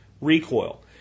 Recoil